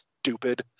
stupid